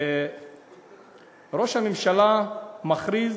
ראש הממשלה מכריז